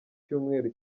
cyumweru